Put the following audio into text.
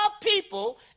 people